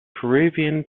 peruvian